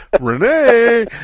Renee